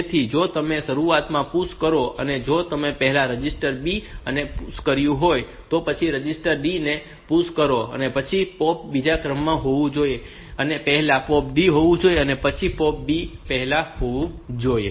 તેથી જો તમે શરૂઆતમાં PUSH કરો અને જો તમે પહેલા રજિસ્ટર B ને PUSH કર્યું હોય તો પછી રજિસ્ટર D ને PUSH કરો અને પછી POP બીજા ક્રમમાં હોવું જોઈએ અને પહેલા POP D હોવું જોઈએ અને પછી B માટે પહેલા POP B હોવું જોઈએ